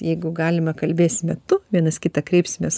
jeigu galime kalbės tu vienas kitą kreipsimės